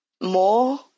more